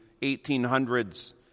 1800s